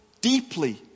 deeply